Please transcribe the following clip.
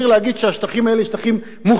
"מוחזקים", עד למציאת פתרון מדיני.